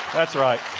that's right